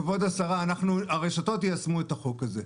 כבוד השרה, הרשתות יישמו את החוק הזה.